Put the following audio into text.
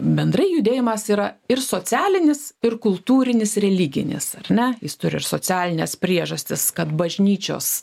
bendrai judėjimas yra ir socialinis ir kultūrinis religinis ar ne jis turi ir socialines priežastis kad bažnyčios